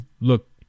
look